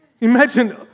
Imagine